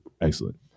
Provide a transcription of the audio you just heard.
Excellent